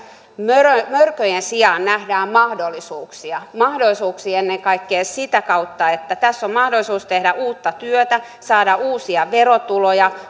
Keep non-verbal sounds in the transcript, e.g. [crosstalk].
mörköjen mörköjen sijaan nähdään mahdollisuuksia mahdollisuuksia ennen kaikkea sitä kautta että tässä on mahdollisuus tehdä uutta työtä saada uusia verotuloja [unintelligible]